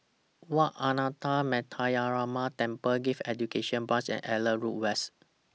Wat Ananda Metyarama Temple Gifted Education Branch and Auckland Road West